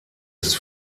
ist